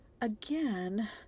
Again